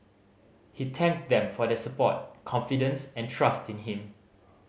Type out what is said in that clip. he thanked them for their support confidence and trust in him